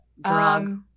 drug